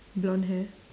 blonde hair